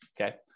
okay